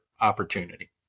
opportunity